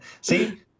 See